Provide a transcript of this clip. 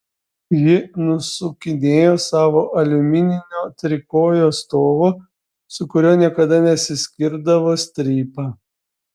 ji nusukinėjo savo aliumininio trikojo stovo su kuriuo niekada nesiskirdavo strypą